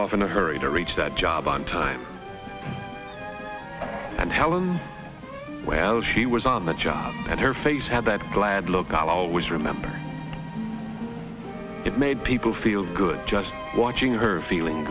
off in a hurry to reach that job on time and helen well she was on the job and her face had that glad look i'll always remember it made people feel good just watching her feeling